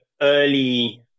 early